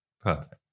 perfect